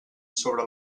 sobre